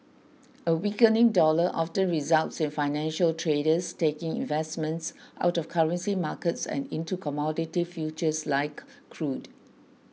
a weakening dollar often results in financial traders taking investments out of currency markets and into commodity futures like crude